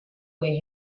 where